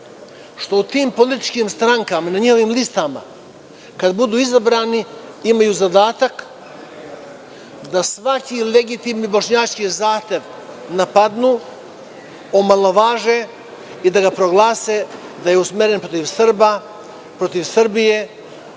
što u tim političkim strankama, na njenim listama, kada budu izabrani imaju zadatak da svaki legitimni bošnjački zahtev napadnu, omalovaže i da ne proglase da je usmeren protiv Srba, Srbije,